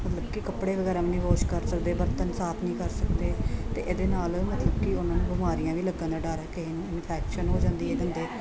ਤਾਂ ਮਤਲਬ ਕਿ ਕੱਪੜੇ ਵਗੈਰਾ ਵੀ ਨਹੀਂ ਵਾਸ਼ ਨਹੀ ਕਰ ਸਕਦੇ ਬਰਤਨ ਸਾਫ ਨਹੀਂ ਕਰ ਸਕਦੇ ਅਤੇ ਇਹਦੇ ਨਾਲ ਮਤਲਬ ਕਿ ਉਹਨਾਂ ਨੂੰ ਬਿਮਾਰੀਆਂ ਵੀ ਲੱਗਣ ਦਾ ਡਰ ਕਿਸੇ ਨੂੰ ਇਨਫੈਕਸ਼ਨ ਹੋ ਜਾਂਦੀ ਹੈ ਗੰਦੇ